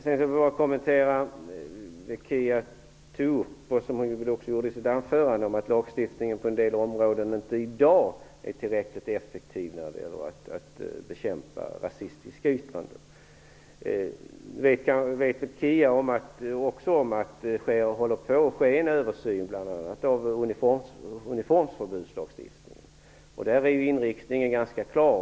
Sedan vill jag kommentera det Kia Andreasson tog upp i sitt anförande om att lagstiftningen på en del områden inte är tillräckligt effektiv i dag när det gäller att bekämpa rasistiska yttranden. Nu vet väl Kia Andreasson också om att det sker en översyn av bl.a. uniformsförbudslagstiftningen. Där är inriktningen ganska klar.